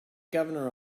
governor